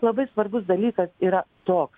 labai svarbus dalykas yra toks